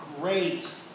great